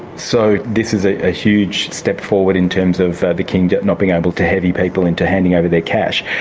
so, this is a ah huge step forward in terms of the king not being able to heavy people into handing over their cash.